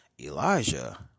Elijah